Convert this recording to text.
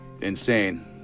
insane